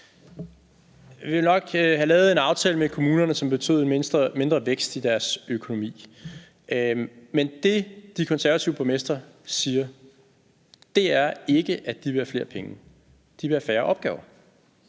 Vi ville nok have lavet en aftale med kommunerne, som betød en mindre vækst i deres økonomi, men det, De Konservative borgmestre siger, er ikke, at de vil have flere penge; de vil have færre opgaver.